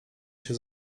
się